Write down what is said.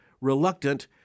reluctant